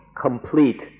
complete